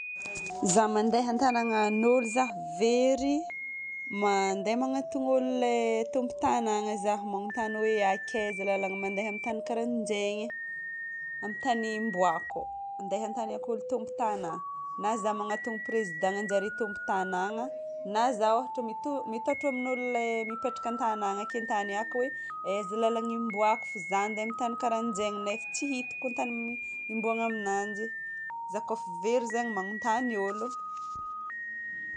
Zaho mandeha an-tanàgnan'olo zaho very. Mandeha magnantona olo le tompon-tanàgna zaho, magnontany hoe akeza lalagna mandeha amin'ny tany karahanjegny, amin'ny tany imboako. Dia agnontaniako olo tompon-tanàgna. Na zaho magnantona Président nanjare tompon-tanàgna, na zaho ôhatra mito- mitotro amin'ny olo le mipetraka an-tanàgna ake tany haiko hoe aiza lalagna imboako fa zaho handeha amin'ny tany karan'izegny nefa tsy hitako tany imboana aminanjy. Zaho kofa very zegny magnontany olo.